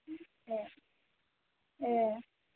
ए ए